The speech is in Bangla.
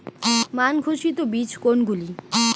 মান ঘোষিত বীজ কোনগুলি?